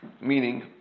Meaning